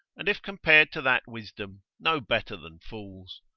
and if compared to that wisdom, no better than fools.